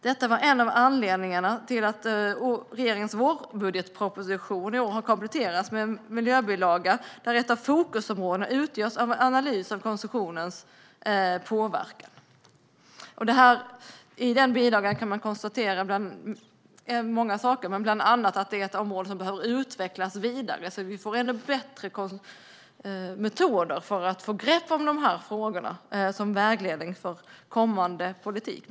Detta är en av anledningarna till att regeringens vårbudgetproposition i år har kompletterats med en miljöbilaga, där ett av fokusområdena utgörs av analys av konsumtionens påverkan. Läser man den bilagan kan man konstatera många saker, bland annat att detta är ett område som behöver utvecklas vidare så att vi får ännu bättre metoder för att få grepp om de här frågorna som vägledning för kommande politik.